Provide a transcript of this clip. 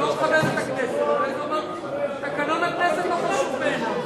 אם הוא לא מכבד את הכנסת אולי זה אומר שתקנון הכנסת לא חשוב בעיניו.